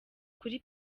kuri